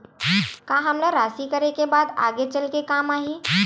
का हमला राशि करे के बाद आगे चल के काम आही?